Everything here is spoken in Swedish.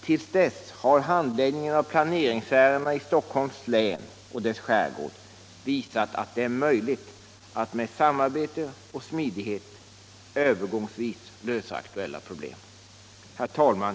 Till dess har handläggningen av planeringsärenden i Stockholms län och dess skärgård visat att det är möjligt att med samarbete och smidighet övergångsvis lösa aktuella problem. Herr talman!